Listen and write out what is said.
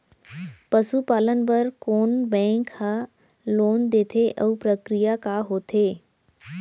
पसु पालन बर कोन बैंक ह लोन देथे अऊ प्रक्रिया का होथे?